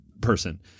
person